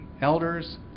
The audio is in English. elders